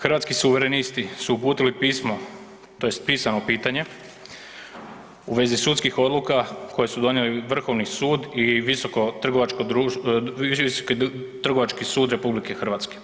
Hrvatski suverenisti su uputili pismo tj. pisano pitanje u vezi sudskih odluka koje su donijeli Vrhovni sud i Visoki trgovački sud RH.